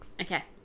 Okay